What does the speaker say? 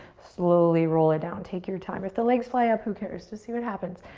slowly roll it down. take your time. if the legs fly up, who cares? just see what happens.